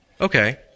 Okay